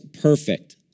perfect